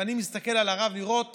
ואני מסתכל על הרב לראות